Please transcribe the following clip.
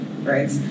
right